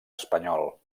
espanyol